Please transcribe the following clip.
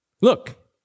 Look